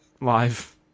live